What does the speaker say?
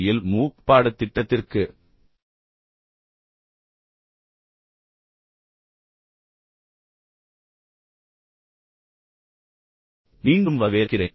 L MOOC பாடத்திட்டத்திற்கு மீண்டும் வரவேற்கிறேன்